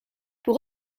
pour